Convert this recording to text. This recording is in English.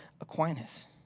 Aquinas